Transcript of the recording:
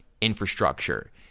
infrastructure